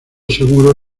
seguro